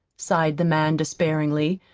sighed the man despairingly,